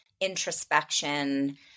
introspection